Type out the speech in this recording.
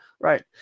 right